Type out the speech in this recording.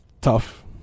Tough